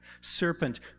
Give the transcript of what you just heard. Serpent